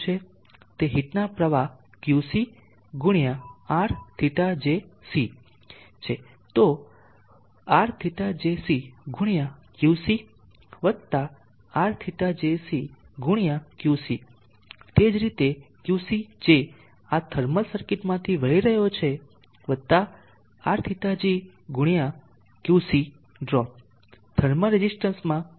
તે હીટના પ્રવાહ Qc ગુણ્યા Rθjc છે તો Rθjc ગુણ્યા QC વત્તા Rθjc ગુણ્યા QC તે જ રીતે QC જે આ થર્મલ સર્કિટમાંથી વહી રહ્યો છે વત્તા Rθjc ગુણ્યા QC ડ્રોપ થર્મલ રેઝીસ્ટન્સમાં તાપમાનનો ઘટાડો આપશે